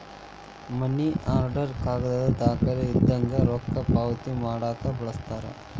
ಮನಿ order ಕಾಗದದ್ ದಾಖಲೆ ಇದ್ದಂಗ ರೊಕ್ಕಾ ಪಾವತಿ ಮಾಡಾಕ ಬಳಸ್ತಾರ